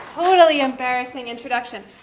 totally embarrassing introduction.